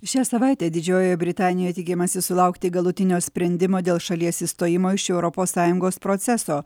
šią savaitę didžiojoje britanijoj tikimasi sulaukti galutinio sprendimo dėl šalies išstojimo iš europos sąjungos proceso